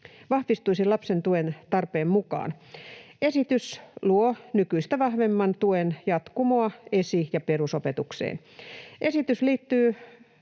vahvistuisi lapsen tuentarpeen mukaan. Esitys luo nykyistä vahvemman tuen jatkumoa esi- ja perusopetukseen. Esitys liittyy